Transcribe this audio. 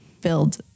build